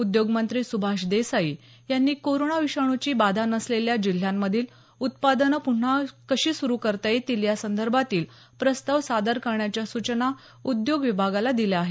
उद्योग मंत्री सुभाष देसाई यांनी कोरोना विषाणूची बाधा नसलेल्या जिल्ह्यांमधील उत्पादनं पुन्हा कशी सुरू करता येतील या संदर्भातील प्रस्ताव सादर करण्याच्या सूचना उद्याग विभागाला दिल्या आहेत